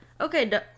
okay